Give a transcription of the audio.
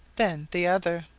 then the other,